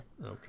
Okay